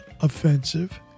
offensive